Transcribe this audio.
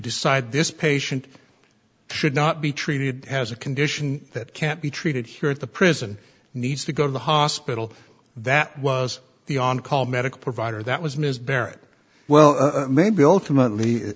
decide this patient should not be treated as a condition that can't be treated here at the prison needs to go to the hospital that was the on call medical provider that was ms barrett well maybe ultimately